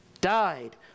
died